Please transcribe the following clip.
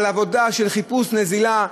עבודה של חיפוש נזילה,